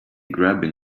grabbing